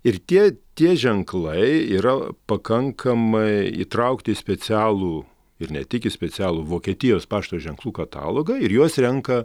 ir tie tie ženklai yra pakankamai įtraukti į specialų ir ne tik į specialų vokietijos pašto ženklų katalogą ir juos renka